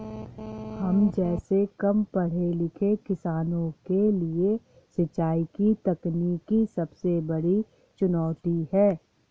हम जैसै कम पढ़े लिखे किसानों के लिए सिंचाई की तकनीकी सबसे बड़ी चुनौती है